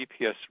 GPS